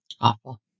Awful